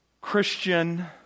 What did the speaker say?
Christian